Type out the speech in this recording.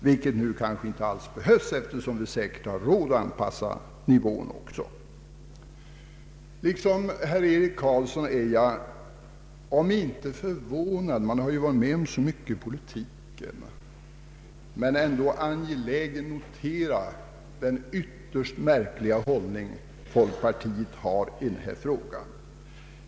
Men detta problem kanske inte uppstår eftersom vi säkert också har råd att anpassa nivån. Liksom herr Eric Carlsson är jag om inte förvånad — man har ju varit med om så mycket i politiken — så angelägen att få notera den ytterst märkliga hållning som folkpartiet har intagit i denna fråga.